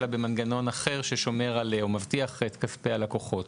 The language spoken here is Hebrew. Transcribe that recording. אלא במנגנון אחר ששומר או מבטיח את כספי הלקוחות.